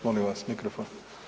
Molim vas mikrofon.